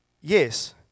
yes